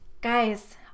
guys